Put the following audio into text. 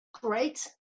great